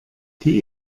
die